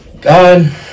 God